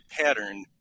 pattern